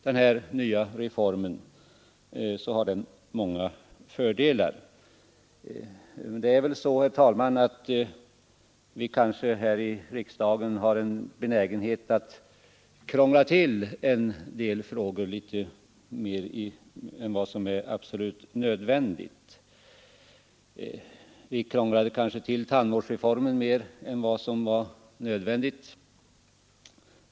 Denna reform har många fördelar. Det är väl så, herr talman, att vi här i riksdagen har en benägenhet att krångla till en del frågor mer än vad som är absolut nödvändigt. Vi kanske krånglade till tandvårdsreformen mer än nödvändigt.